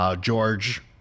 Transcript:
George